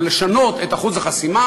או לשנות את אחוז החסימה,